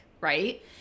right